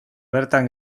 bertan